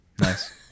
nice